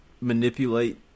manipulate